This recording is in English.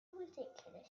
ridiculous